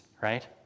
right